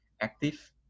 active